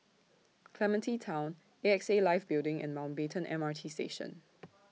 Clementi Town A X A Life Building and Mountbatten M R T Station